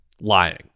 lying